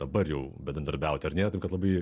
dabar jau bendradarbiauti ar nėra taip kad labai